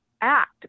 act